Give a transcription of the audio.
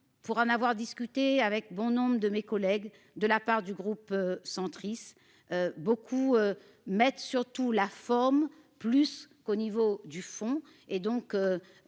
pour en avoir discuté avec bon nombre de mes collègues de la part du groupe centriste. Beaucoup mettent surtout la forme plus qu'au niveau du fond et donc.